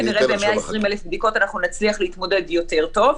כנראה גם ב-120,000 בדיקות אנחנו נצליח להתמודד יותר טוב,